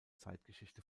zeitgeschichte